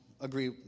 agree